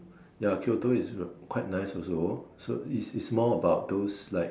ya Kyoto is quite nice also so is is more about those like